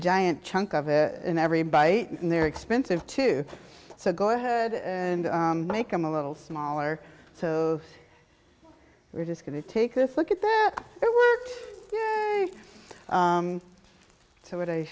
giant chunk of it in every bite and they're expensive too so go ahead and make them a little smaller so we're just going to take this look at that so what i